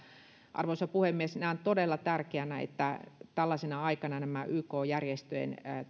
arvoisa puhemies näen todella tärkeänä että tällaisena aikana yk järjestöjen